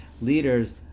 leaders